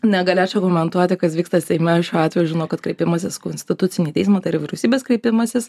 negalėčiau komentuoti kas vyksta seime šiuo atveju žinau kad kreipimasis į konstitucinį teismą tai yra vyriausybės kreipimasis